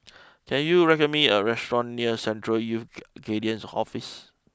can you recommend me a restaurant near Central Youth Guidance Office